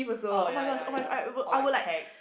oh ya ya ya or like tag